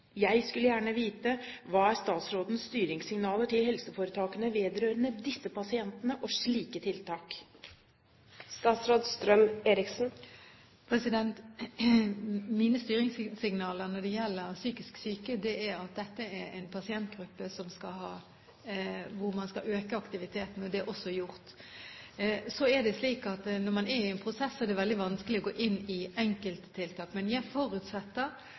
Jeg skulle gjerne vite: Hva er statsrådens styringssignaler til helseforetakene vedrørende disse pasientene og slike tiltak? Mine styringssignaler når det gjelder psykisk syke, er at dette er en pasientgruppe som man skal øke aktiviteten for. Det er også gjort. Så er det slik at når man er i en prosess, er det veldig vanskelig å gå inn i enkelttiltak. Men jeg forutsetter